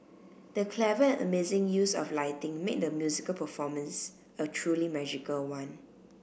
the clever and amazing use of lighting made the musical performance a truly magical one